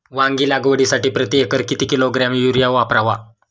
वांगी लागवडीसाठी प्रती एकर किती किलोग्रॅम युरिया वापरावा?